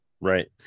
Right